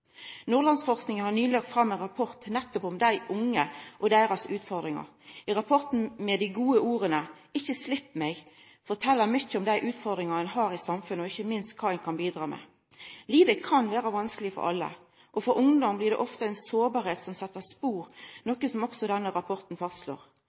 har nyleg lagt fram ein rapport om nettopp dei unge og deira utfordringar. I rapporten med dei gode orda «Ikke slipp meg!», fortel mange om dei utfordringane ein har i samfunnet, og ikkje minst kva ein kan bidra med. Livet kan vera vanskeleg for alle. For ungdom blir det ofte ei sårbarheit som